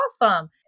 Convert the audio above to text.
Awesome